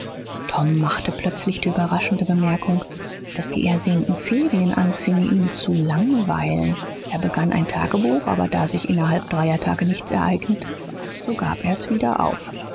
tom machte plötzlich die überraschende bemerkung daß die ersehnten ferien anfingen ihn zu langweilen er begann ein tagebuch aber da sich innerhalb dreier tage nichts ereignete so gab er's wieder auf